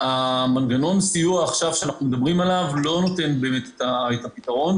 מנגנון הסיוע שאנחנו מדברים עליו לא נותן באמת את הפתרון,